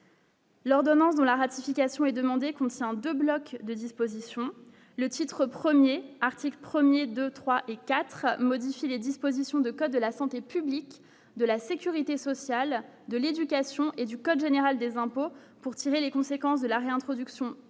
L'ordonnance de la ratification et demandé conscient de blocs de dispositions le titre 1er article 1er, 2, 3 et 4 modifie les dispositions de code de la santé publique, de la sécurité sociale, de l'éducation et du code général des impôts pour tirer les conséquences de la réintroduction par